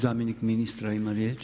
Zamjenik ministra ima riječ.